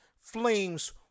Flames